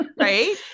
Right